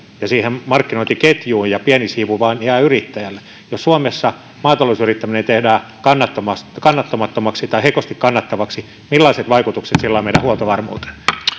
ja markkinointiketjuun ja pieni siivu vain jää yrittäjälle jos suomessa maatalousyrittäminen tehdään kannattamattomaksi tai heikosti kannattavaksi millaiset vaikutukset sillä on meidän huoltovarmuuteen